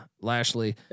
Lashley